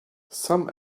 some